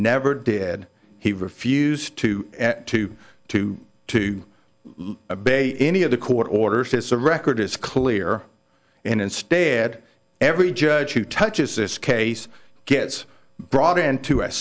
never did he refused to to to to bay any of the court orders his the record is clear and instead every judge who touches this case gets brought into a